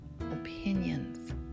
opinions